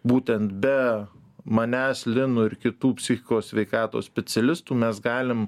būtent be manęs linų ir kitų psichikos sveikatos specialistų mes galim